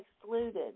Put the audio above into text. excluded